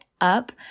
up